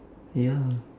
ya